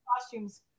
Costumes